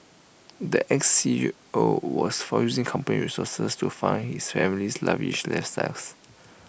the Ex C E O was found using company resources to fund his family's lavish lifestyles